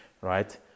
right